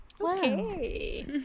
Okay